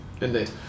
Indeed